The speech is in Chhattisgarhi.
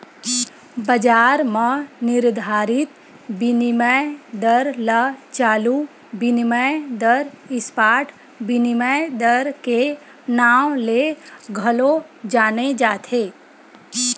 बजार म निरधारित बिनिमय दर ल चालू बिनिमय दर, स्पॉट बिनिमय दर के नांव ले घलो जाने जाथे